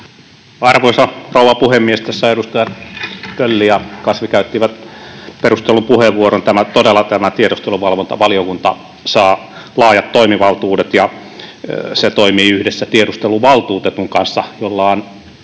Arvoisa rouva puhemies! Tässä edustajat Tölli ja Kasvi käyttivät perustellun puheenvuoron. Todella tämä tiedusteluvalvontavaliokunta saa laajat toimivaltuudet ja toimii yhdessä tiedusteluvaltuutetun kanssa, jolla on